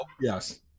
Yes